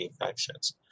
infections